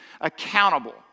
accountable